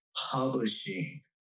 Publishing